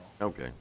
Okay